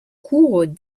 cours